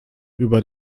über